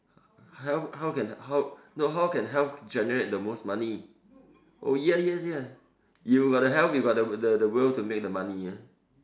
health how can how no how can health generate the most money oh yes yes yes you got the health you got the the will to make the money yeah